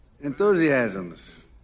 enthusiasms